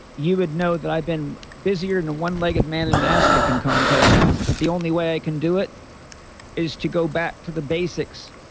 you would know that i've been busier than and a one legged man in an ass kicking contest. but the only way i can do it is to go back to the basics.